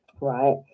right